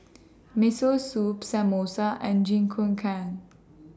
Miso Soup Samosa and Jingikukan